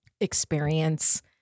experience